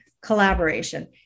collaboration